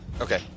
Okay